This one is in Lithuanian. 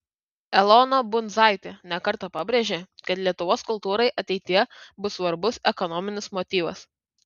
elona bundzaitė ne kartą pabrėžė kad lietuvos kultūrai ateityje bus svarbus ekonominis motyvas